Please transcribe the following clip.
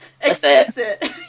Explicit